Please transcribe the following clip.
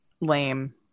lame